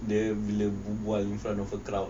dia bila berbual bila in front of a crowd